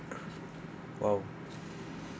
!wow!